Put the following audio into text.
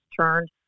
turned